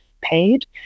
paid